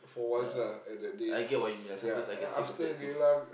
ya I get what you mean sometimes I get sick of that too